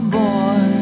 boy